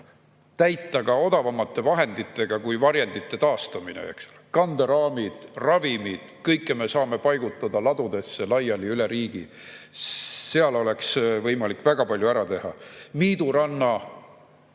täita ka odavamate vahenditega kui varjendite taastamine. Kanderaamid, ravimid – kõike me saame paigutada ladudesse laiali üle riigi. Seal oleks võimalik väga palju ära teha. Miiduranna